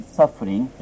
suffering